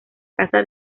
casa